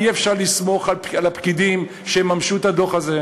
אי-אפשר לסמוך על הפקידים שיממשו את הדוח הזה.